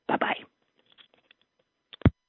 Bye-bye